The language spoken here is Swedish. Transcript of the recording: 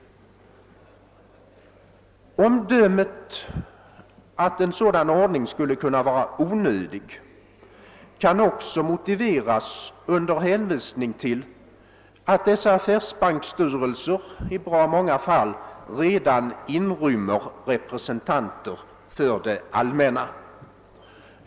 Omdömet att en sådan ordning skulle vara onödig kan också motiveras under hänvisning till att affärsbanksstyrelserna i bra många fall redan inrymmer representanter för det allmänna.